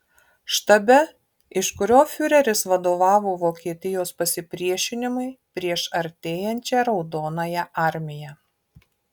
štabe iš kurio fiureris vadovavo vokietijos pasipriešinimui prieš artėjančią raudonąją armiją